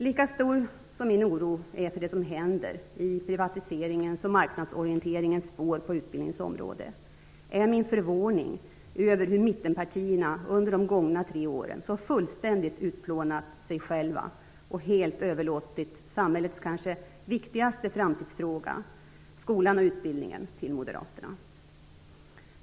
Lika stor som min oro är för det som händer i privatiseringens och marknadsorienteringens spår på utbildningens område är min förvåning över hur mittenpartierna under de gångna tre åren så fullständigt utplånat sig själva och helt överlåtit samhällets kanske viktigaste framtidsfråga, skolan och utbildningen, till moderaterna.